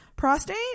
prostate